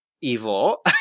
evil